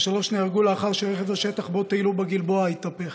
השלוש נהרגו לאחר שרכב השטח שבו טיילו בגלבוע התהפך.